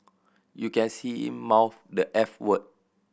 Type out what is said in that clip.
you can see him mouth the eff word